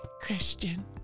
Christian